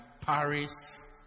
Paris